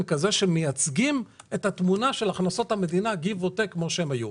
כזה שמייצגים את התמונה של הכנות המדינה כמו שהיו.